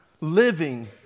living